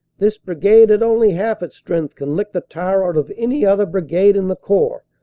this brigade at only half its strength can lick the tar out of any other brigade in the corps,